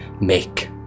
make